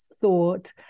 thought